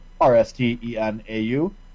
R-S-T-E-N-A-U